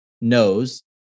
knows